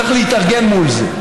צריך להתארגן מול זה.